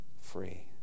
free